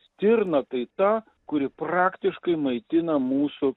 stirna tai ta kuri praktiškai maitina mūsų